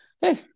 hey